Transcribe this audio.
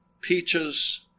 peaches